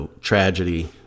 tragedy